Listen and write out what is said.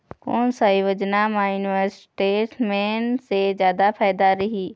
कोन सा योजना मे इन्वेस्टमेंट से जादा फायदा रही?